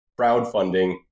crowdfunding